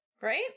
Right